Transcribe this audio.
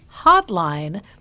hotline